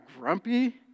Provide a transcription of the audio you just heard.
grumpy